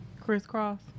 Crisscross